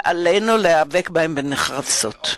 ועלינו להיאבק בהן בנחרצות.